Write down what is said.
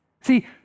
See